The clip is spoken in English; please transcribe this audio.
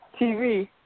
TV